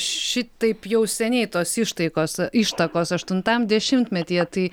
šitaip jau seniai tos ištaikos ištakos aštuntam dešimtmetyje tai